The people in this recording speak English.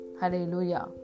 Hallelujah